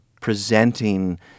presenting